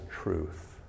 truth